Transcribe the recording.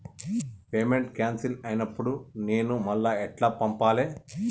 Payment cancel అయినపుడు నేను మళ్ళా ఎట్ల పంపాలే?